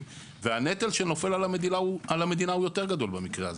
והנטל שנופל על המדינה הוא יותר גדול במקרה הזה.